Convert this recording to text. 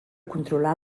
controlar